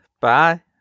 Bye